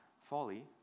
folly